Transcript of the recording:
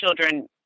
children